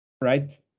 right